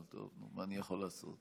אבל מה אני יכול לעשות.